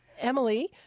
Emily